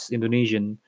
Indonesian